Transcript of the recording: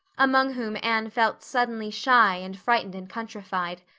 among whom anne felt suddenly shy and frightened and countrified.